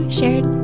shared